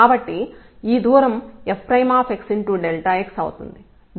కాబట్టి ఈ దూరం fx అవుతుంది